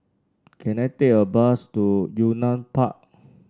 can I take a bus to Yunnan Park